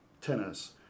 tennis